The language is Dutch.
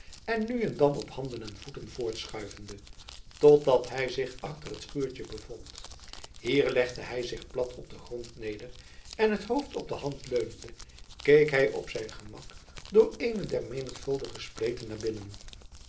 en nu en dan op handen en voeten voortschuivende totdat hij zich achter het schuurtje bevond hier legde hij zich plat op den grond neder en het hoofd op de hand leunende keek hij op zijn gemak door eene der menigvuldige spleten naar binnen